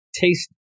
taste